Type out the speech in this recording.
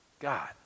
god